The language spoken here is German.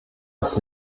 das